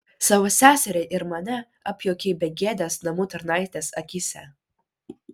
savo seserį ir mane apjuokei begėdės namų tarnaitės akyse